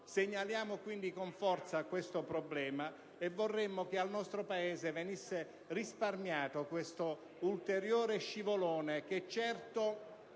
Segnaliamo quindi con forza questo problema e vorremmo che al nostro Paese venisse risparmiato questo ulteriore scivolone, che certo